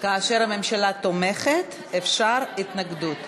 כאשר הממשלה תומכת, אפשר התנגדות.